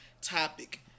topic